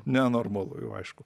nenormalu jau aišku